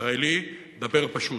ישראלי, דבר פשוט.